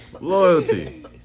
loyalty